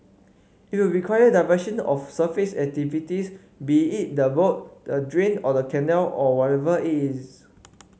it will require diversion of surface activities be it the road the drain or the canal or whatever is